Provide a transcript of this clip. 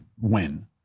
win